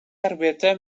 arbete